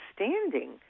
understanding